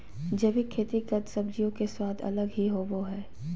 जैविक खेती कद सब्जियों के स्वाद अलग ही होबो हइ